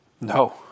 No